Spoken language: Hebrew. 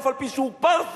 אף על-פי שהוא פרסי,